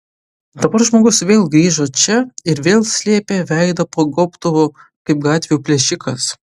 dabar žmogus vėl grįžo čia ir vėl slėpė veidą po gobtuvu kaip gatvių plėšikas